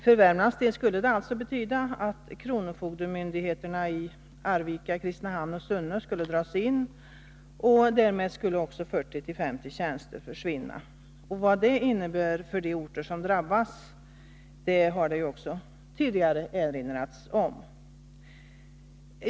För Värmlands del skulle det alltså betyda att kronofogdemyndigheterna i Arvika, Kristinehamn och Sunne skulle dras in, och därmed skulle också 40-50 tjänster försvinna. Vad det skulle innebära för de orter som drabbas har också tidigare erinrats om.